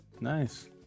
Nice